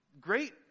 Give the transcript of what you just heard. great